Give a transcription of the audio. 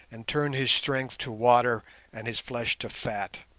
and turns his strength to water and his flesh to fat.